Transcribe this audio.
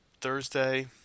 Thursday